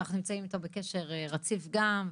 שאנחנו נמצאים איתו בקשר רציף גם,